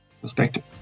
perspective